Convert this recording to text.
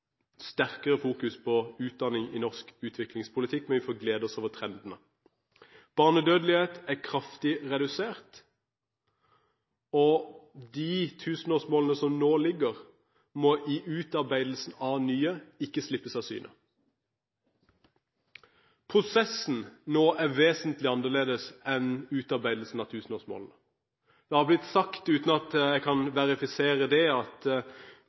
sterkere fokus på utdanning i norsk utviklingspolitikk, men vi får glede oss over trendene. Barnedødeligheten er kraftig redusert, og de tusenårsmålene som nå ligger, må i utarbeidelsen av nye ikke slippes av syne. Prosessen nå er vesentlig annerledes enn utarbeidelsen av tusenårsmålene. Det har blitt sagt, uten at jeg kan verifisere det, at